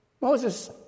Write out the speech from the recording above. Moses